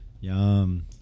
Yum